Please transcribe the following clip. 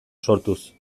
sortuz